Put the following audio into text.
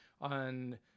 on